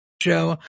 show